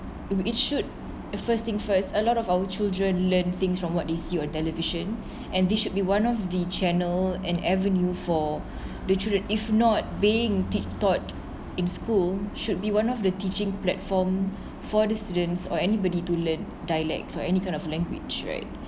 if it should the first thing first a lot of our children learn things from what they see on television and there should be one of the channel an avenue for the children if not being tip~ taught in school should be one of the teaching platform for the students or anybody to learn dialect or any kind of language right